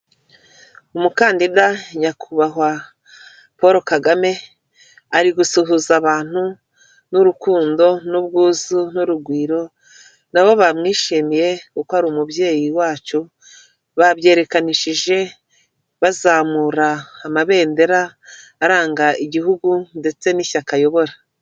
Umukandida nyakubahwa Paul Kagame ari gusuhuza abantu n'urukundo n'urugwiro, na bo bamwishimiye kuko ari umubyeyi wacu; babyerekanishije bazamura amabendera aranga igihugu ndetse n'ishyaka ayobora.